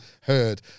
heard